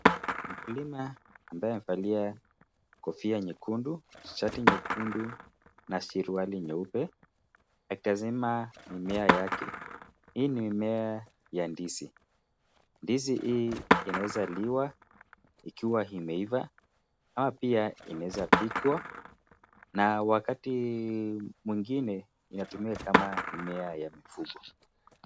Mkulima ambaye amevalia kofia nyekundu shati nyekundu na suruali nyupe akitazama mimea yake. Hii ni mimea ya ndizi, ndizi hii inaweza liwa ikiwa imeivaa ama pia inaweza pikwa na wakati mwingine kama mimea ya mifugo.